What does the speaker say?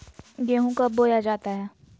गेंहू कब बोया जाता हैं?